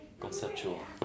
conceptual